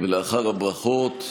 לאחר הברכות,